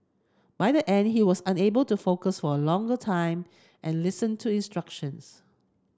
by the end he was unable to focus for a longer time and listen to instructions